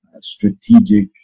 strategic